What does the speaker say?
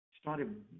started